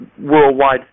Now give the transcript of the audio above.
worldwide